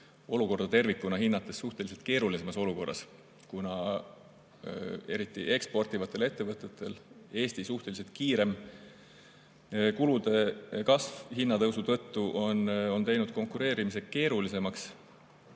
olukorda tervikuna hinnates suhteliselt keerulisemas olukorras. Just eksportivatele ettevõtetele on Eesti suhteliselt kiirem kulude kasv hinnatõusu tõttu teinud konkureerimise keerulisemaks.